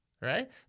Right